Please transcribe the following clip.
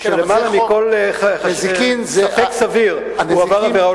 שלמעלה מכל ספק סביר הוא עבר עבירה,